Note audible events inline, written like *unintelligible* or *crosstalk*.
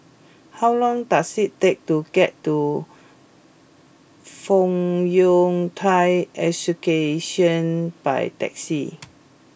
how long does it take to get to Fong Yun Thai *unintelligible* by taxi